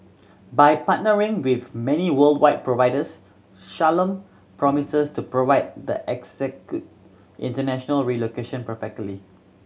by partnering with many worldwide providers Shalom promises to provide the international relocation perfectly